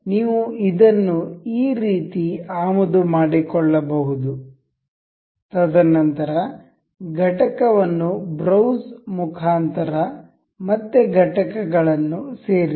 ನೀವು ಇದನ್ನು ಈ ರೀತಿ ಆಮದು ಮಾಡಿಕೊಳ್ಳಬಹುದು ತದನಂತರ ಘಟಕವನ್ನು ಬ್ರೌಸ್ ಮುಖಾಂತರ ಮತ್ತೆ ಘಟಕಗಳನ್ನು ಸೇರಿಸಿ